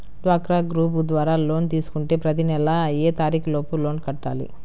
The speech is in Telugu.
డ్వాక్రా గ్రూప్ ద్వారా లోన్ తీసుకుంటే ప్రతి నెల ఏ తారీకు లోపు లోన్ కట్టాలి?